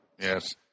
Yes